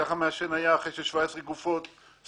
האקדח המעשן היה אחרי ש-17 גופות שרופות,